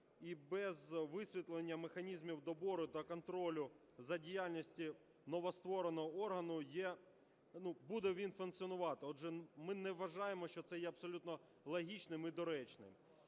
і без висвітлення механізмів добору та контролю за діяльністю новоствореного органу буде він функціонувати. Отже, ми не вважаємо, що це є абсолютно логічним і доречним.